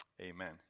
Amen